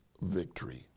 victory